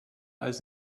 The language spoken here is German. als